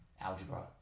algebra